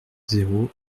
zéro